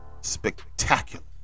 spectacular